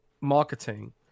marketing